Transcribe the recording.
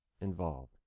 involved